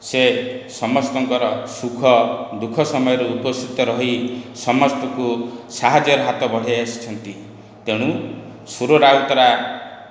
ସେ ସମସ୍ତଙ୍କର ସୁଖ ଦୁଃଖ ସମୟରେ ଉପସ୍ଥିତ ରହି ସମସ୍ତଙ୍କୁ ସାହାଯ୍ୟର ହାତ ବଢ଼େଇ ଆସିଛନ୍ତି ତେଣୁ ସୁର ରାଉତରାୟ